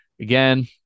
again